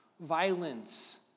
Violence